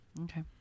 Okay